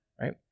right